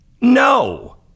No